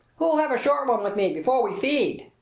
who'll have a short one with me before we feed?